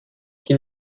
qui